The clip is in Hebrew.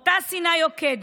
אותה שנאה יוקדת,